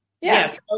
Yes